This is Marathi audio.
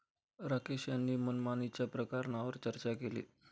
राकेश यांनी मनमानीच्या प्रकारांवर चर्चा केली